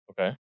okay